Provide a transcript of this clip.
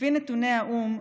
לפי נתוני האו"ם,